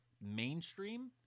mainstream